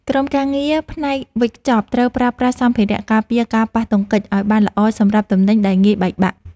ក្រុមការងារផ្នែកវេចខ្ចប់ត្រូវប្រើប្រាស់សម្ភារការពារការប៉ះទង្គិចឱ្យបានល្អសម្រាប់ទំនិញដែលងាយបែកបាក់។